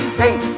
sing